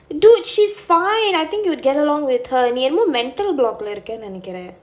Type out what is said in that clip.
dude she's fine I think you'll get along with her நீ என்னமோ:nee ennamo mental block இருக்குறேன்னு நினைக்குறேன்:irukkuraennu ninaikkuraen